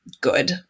good